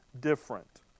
different